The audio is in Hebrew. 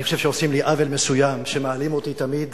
אני חושב שעושים לי עוול מסוים כשמעלים אותי תמיד